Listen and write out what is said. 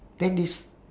that is